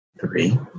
three